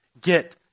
get